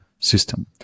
system